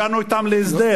הגענו אתם להסדר,